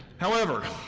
however,